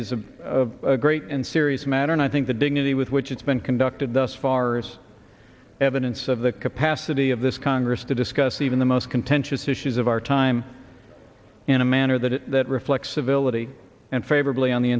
is a great and serious matter and i think the dignity with which it's been conducted thus far as evidence of the capacity of this congress to discuss even the most contentious issues of our time in a manner that that reflects civility and favorably on the